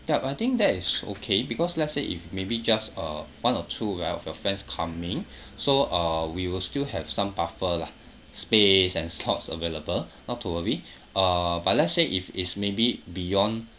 ya but I think that is okay because let's say if maybe just uh one or two right of your friends coming so uh we will still have some buffer lah space and slots available not to worry uh but let's say if it's maybe beyond